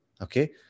okay